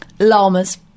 Llamas